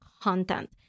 content